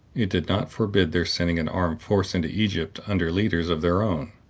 it did not forbid their sending an armed force into egypt under leaders of their own.